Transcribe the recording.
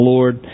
Lord